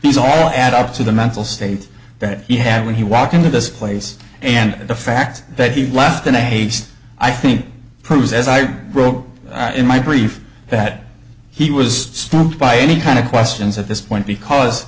these all add up to the mental state that he had when he walked into this place and the fact that he left an age i think proves as i wrote in my brief that he was stumped by any kind of questions at this point because